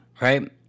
right